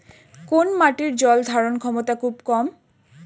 কোন মাটির জল ধারণ ক্ষমতা খুব কম?